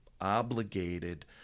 obligated